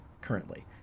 currently